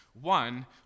One